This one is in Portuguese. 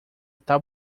tal